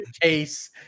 case